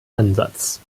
ansatz